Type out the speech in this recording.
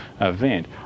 event